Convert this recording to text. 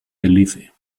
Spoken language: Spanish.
belice